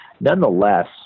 Nonetheless